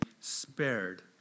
spared